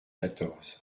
quatorze